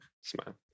Smile